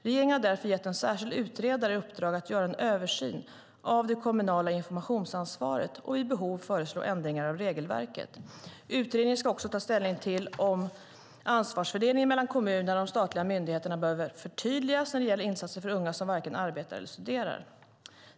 Regeringen har därför gett en särskild utredare i uppdrag att göra en översyn av det kommunala informationsansvaret och vid behov föreslå ändringar av regelverket. Utredningen ska också ta ställning till om ansvarsfördelningen mellan kommunerna och de statliga myndigheterna behöver förtydligas när det gäller insatser för unga som varken arbetar eller studerar.